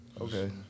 okay